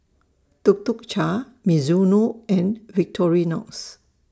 Tuk Tuk Cha Mizuno and Victorinox